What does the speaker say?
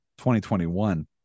2021